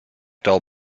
dolls